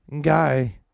guy